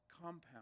compound